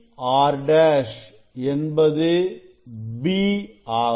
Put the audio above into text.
PR' என்பது b ஆகும்